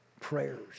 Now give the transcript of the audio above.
prayers